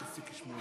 אבל ביקשנו לשנות.